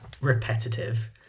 repetitive